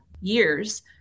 years